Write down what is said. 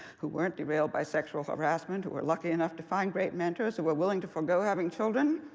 who weren't derailed by sexual harassment, who were lucky enough to find great mentors, who were willing to forgo having children?